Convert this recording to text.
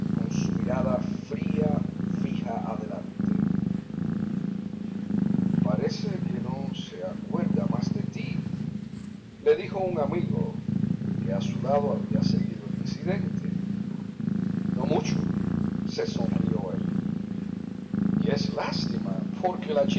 con su mirada fría fija adelante parece que no se acuerda más de ti le dijo un amigo que a su lado había seguido el incidente no mucho se sonrió él y es lástima porque la